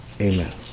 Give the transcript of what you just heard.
Amen